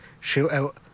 shootout